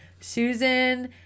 Susan